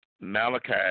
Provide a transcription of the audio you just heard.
Malachi